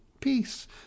Peace